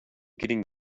getting